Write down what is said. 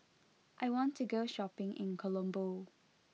I want to go shopping in Colombo